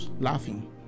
laughing